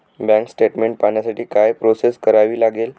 Bank statement पाहण्यासाठी काय process करावी लागेल?